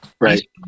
Right